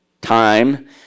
time